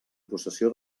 possessió